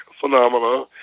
phenomena